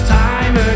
time